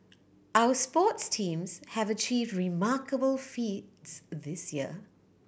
our sports teams have achieved remarkable feats this year